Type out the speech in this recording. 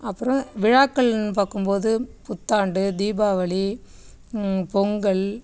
அப்புறம் விழாக்கள்னு பார்க்கும்போது புத்தாண்டு தீபாவளி பொங்கல்